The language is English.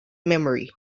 memory